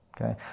Okay